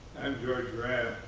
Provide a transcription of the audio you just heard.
george rapp,